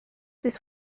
this